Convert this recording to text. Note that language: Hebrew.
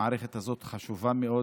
המערכת הזאת חשובה מאוד,